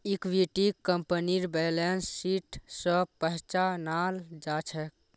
इक्विटीक कंपनीर balance sheet स पहचानाल जा छेक